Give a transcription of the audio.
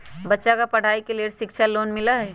बच्चा के पढ़ाई के लेर शिक्षा लोन मिलहई?